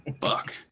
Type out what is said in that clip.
Fuck